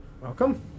Welcome